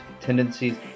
tendencies